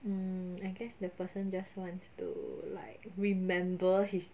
mm I guess the person just wants to like remember his